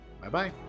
Bye-bye